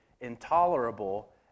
intolerable